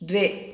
द्वे